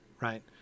right